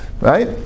Right